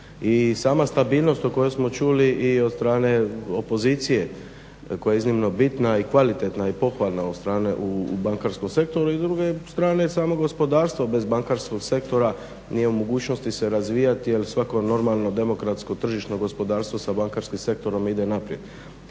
sama stabilnost o kojoj smo čuli i od strane opozicije koja je iznimno bitna i kvalitetna i pohvalna od strane u bankarskom sektoru i druge strane, samo gospodarstvo bez bankarskog sektora nije u mogućnosti se razvijati jer svako normalno demokratsko tržišno gospodarstvo sa bankarskim sektorom ide naprijed.